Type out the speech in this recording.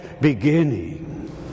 beginning